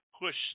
Push